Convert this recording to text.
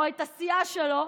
או את הסיעה שלו,